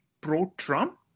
pro-Trump